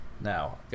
Now